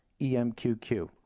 EMQQ